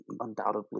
undoubtedly